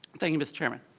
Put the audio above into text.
thank you mr. chairman.